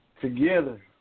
Together